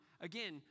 Again